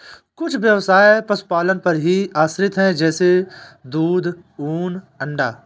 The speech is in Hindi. कुछ ब्यवसाय पशुपालन पर ही आश्रित है जैसे दूध, ऊन, अंडा